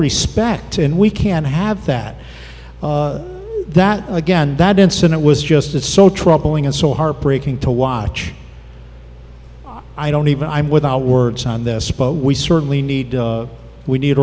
respect and we can't have that that again that incident was just it's so troubling and so heartbreaking to watch i don't even i'm without words on this boat we certainly need we need